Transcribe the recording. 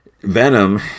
venom